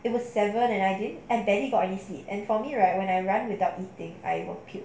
it was seven and I didn't and barely got any sleep for me right when I run without eating I will pick